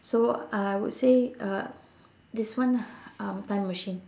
so I would say uh this one ah um time machine